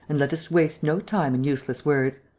and let us waste no time in useless words.